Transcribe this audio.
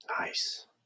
Nice